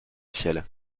ciel